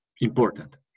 important